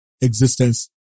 existence